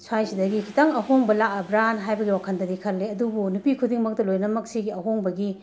ꯁ꯭ꯋꯥꯏꯁꯤꯗꯒꯤ ꯈꯤꯇꯪ ꯑꯍꯣꯡꯕ ꯂꯥꯛꯑꯕꯔꯅ ꯍꯥꯏꯕꯒꯤ ꯋꯥꯈꯟꯗꯗꯤ ꯈꯜꯂꯦ ꯑꯗꯨꯕꯨ ꯅꯨꯄꯤ ꯈꯨꯗꯤꯡꯃꯛꯇ ꯂꯣꯏꯅꯃꯛ ꯁꯤꯒꯤ ꯑꯍꯣꯡꯕꯒꯤ